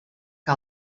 que